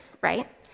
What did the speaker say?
right